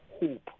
hope